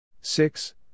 Six